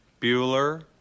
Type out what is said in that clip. Bueller